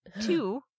two